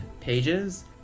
pages